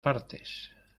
partes